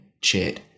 chat